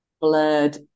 blurred